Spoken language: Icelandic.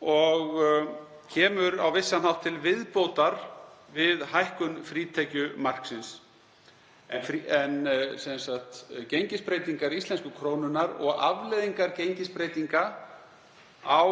og kemur á vissan hátt til viðbótar við hækkun frítekjumarksins, en gengisbreytingar íslensku krónunnar og afleiðingar gengisbreytinga á